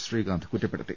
ശ്രീകാന്ത് കുറ്റപ്പെടുത്തി